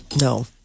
No